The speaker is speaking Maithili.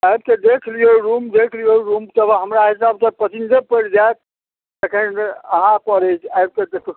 आबिके देख लियौ रूम देख लियौ रूम तब हमरा हिसाबसँ पसन्दे पड़ि जायत तखन अहाँपर अछि आबि कऽ देख